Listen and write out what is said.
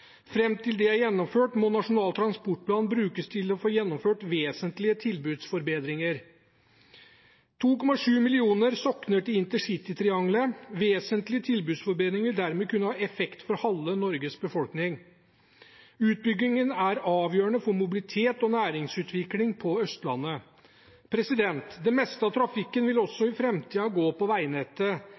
til det er gjennomført, må Nasjonal transportplan brukes til å få gjennomført vesentlige tilbudsforbedringer. 2,7 millioner sokner til intercitytriangelet. Vesentlige tilbudsforbedringer vil dermed kunne ha effekt for halve Norges befolkning. Utbyggingen er avgjørende for mobilitet og næringsutvikling på Østlandet. Det meste av trafikken vil også i framtiden gå på veinettet.